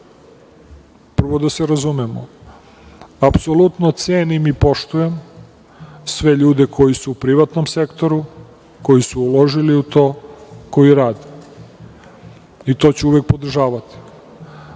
da se razumemo, apsolutno cenim i poštujem sve ljude koji su u privatnom sektoru, koji su uložili u to, koji rade. To ću uvek podržavati,